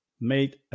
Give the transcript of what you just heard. made